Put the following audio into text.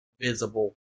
visible